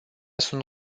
sunt